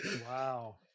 Wow